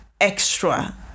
extra